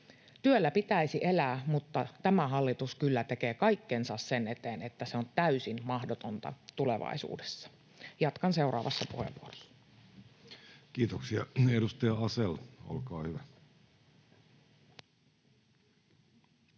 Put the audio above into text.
Työllä pitäisi elää, mutta tämä hallitus kyllä tekee kaikkensa sen eteen, että se on täysin mahdotonta tulevaisuudessa. Jatkan seuraavassa puheenvuorossa. [Speech 81] Speaker: